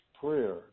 prayer